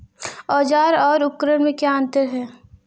औज़ार और उपकरण में क्या अंतर है?